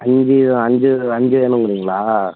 அஞ்சு அஞ்சு அஞ்சு வேணுங்கிறீங்களா